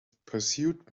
pursued